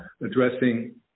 addressing